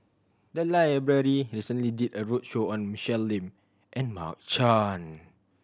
the library recently did a roadshow on Michelle Lim and Mark Chan